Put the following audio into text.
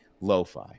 lo-fi